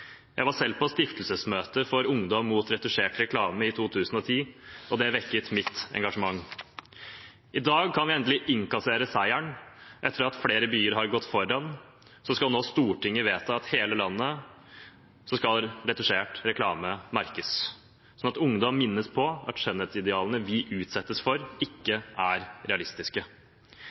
Jeg var selv på stiftelsesmøtet for Ungdom mot retusjert reklame i 2010, og det vekket mitt engasjement. I dag kan vi endelig innkassere seieren. Etter at flere byer har gått foran, skal nå Stortinget vedta at i hele landet skal retusjert reklame merkes – slik at ungdom minnes på at skjønnhetsidealene vi utsettes for, ikke er realistiske.